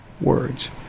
words